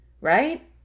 right